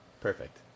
Perfect